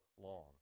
long